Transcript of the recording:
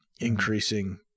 increasing